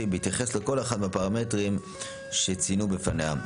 בהתייחס לכל אחד מהפרמטרים שציינו בפניהם.